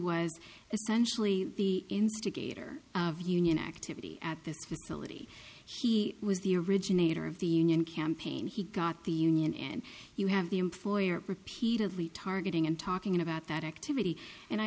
was essentially the instigator of union activity at this facility she was the originator of the union campaign he got the union and you have the him for your repeatedly targeting and talking about that activity and i